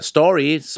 Stories